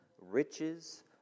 riches